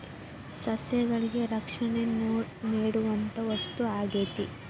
ಸಸ್ಯಗಳಿಗೆ ರಕ್ಷಣೆ ನೇಡುವಂತಾ ವಸ್ತು ಆಗೇತಿ